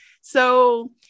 So-